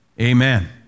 Amen